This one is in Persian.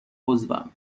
عضوم